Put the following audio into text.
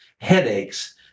headaches